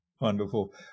Wonderful